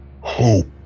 hope